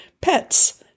pets –